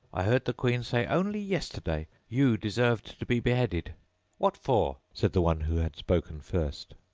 i heard the queen say only yesterday you deserved to be beheaded what for said the one who had spoken first.